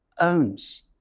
owns